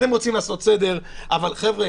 אתם רוצים לעשות סדר, אבל חבר'ה,